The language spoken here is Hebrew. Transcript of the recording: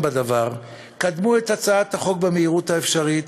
בדבר: קדמו את הצעת החוק במהירות האפשרית,